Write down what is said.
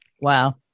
Wow